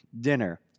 dinner